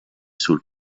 sul